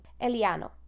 Eliano